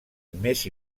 més